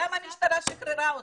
למה המשטרה שחררה אותו?